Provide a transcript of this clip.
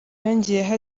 yongeyeho